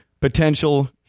potential